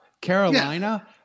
Carolina